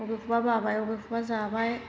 बबेखौबा बाबाय बबेखौबा जाबाय